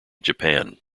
japan